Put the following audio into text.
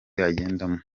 agendamo